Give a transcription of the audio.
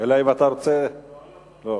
אלא אם אתה רוצה, לא.